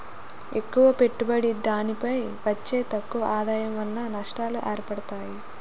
ఎక్కువ పెట్టుబడి దానిపై వచ్చే తక్కువ ఆదాయం వలన నష్టాలు ఏర్పడతాయి